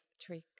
trick